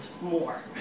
more